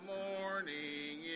morning